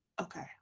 okay